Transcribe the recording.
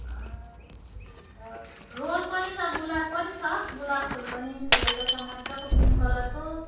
रोज पनि छ गुलाब पनि छ गुलाब फुल पनि फुलेको छ मजाको पिङ्क कलरको